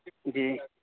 جی